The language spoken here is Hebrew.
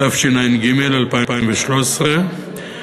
התשע"ג 2013,